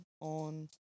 on